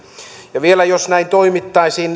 ja vielä jos näin toimittaisiin